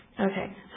Okay